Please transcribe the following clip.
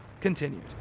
continued